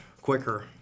quicker